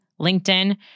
LinkedIn